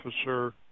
officer